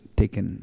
taken